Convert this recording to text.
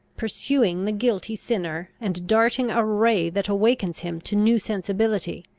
pursuing the guilty sinner, and darting a ray that awakens him to new sensibility,